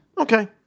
Okay